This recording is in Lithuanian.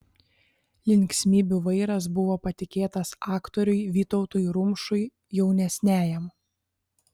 linksmybių vairas buvo patikėtas aktoriui vytautui rumšui jaunesniajam